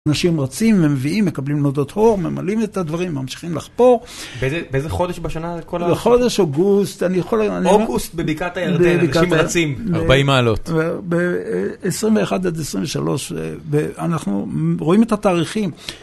אנשים רצים, מביאים, מקבלים נודות הור, ממלאים את הדברים, ממשיכים לחפור. באיזה חודש בשנה כל ה... בחודש, אוגוסט, אני יכול... אוגוסט בבקעת הירדן, אנשים רצים, ארבעים מעלות. וב-21 עד 23, ואנחנו רואים את התאריכים.